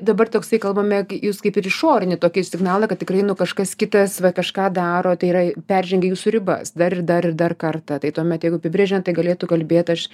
dabar toksai kalbame jūs kaip ir išorinį tokį signalą kad tikrai nu kažkas kitas va kažką daro tai yra peržengia jūsų ribas dar ir dar ir dar kartą tai tuomet jeigu apibrėžiant tai galėtų kalbėt aš